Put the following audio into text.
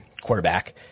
quarterback